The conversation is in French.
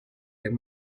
les